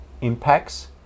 impacts